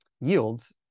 yields